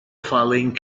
falling